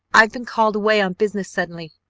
i've been called away on business suddenly.